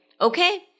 Okay